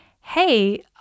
hey